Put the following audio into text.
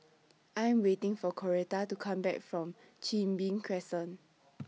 I Am waiting For Coretta to Come Back from Chin Bee Crescent